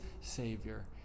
Savior